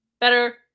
better